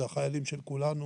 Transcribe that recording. אלה החיילים של כולנו,